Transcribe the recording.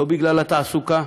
לא בגלל התעסוקה